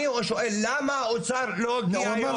אני שואל למה האוצר לא הגיע היום?